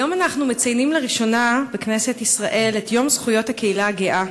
היום אנחנו מציינים לראשונה בכנסת ישראל את זכויות הקהילה הגאה.